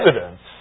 evidence